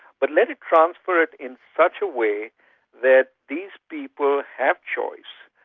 but let it transfer it in such a way that these people have choice,